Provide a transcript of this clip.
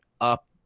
up